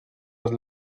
tot